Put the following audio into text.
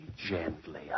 Gently